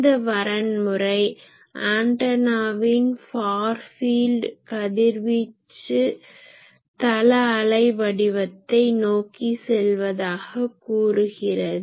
இந்த வரன்முறை ஆன்டனாவின் ஃபார் ஃபீல்ட் கதிர்வீச்சு தள அலை வடிவத்தை நோக்கி செல்வதாக கூறுகிறது